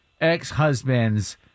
ex-husband's